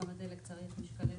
כמה דלק צריך מכלי מטוס?